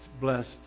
blessed